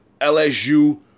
LSU